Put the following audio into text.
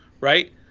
right